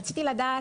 רציתי לדעת,